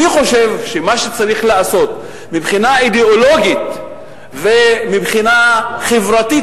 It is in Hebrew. אני חושב שמה שצריך לעשות מבחינה אידיאולוגית ומבחינה חברתית